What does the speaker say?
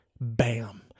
bam